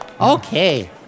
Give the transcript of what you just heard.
Okay